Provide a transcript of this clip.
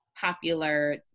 popular